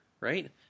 right